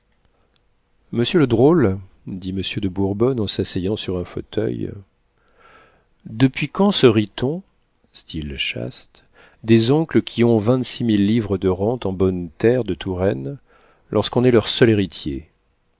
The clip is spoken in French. monsieur le drôle dit monsieur de bourbonne en s'asseyant sur un fauteuil depuis quand se rit on style chaste des oncles qui ont vingt-six mille livres de rente en bonnes terres de touraine lorsqu'on est leur seul héritier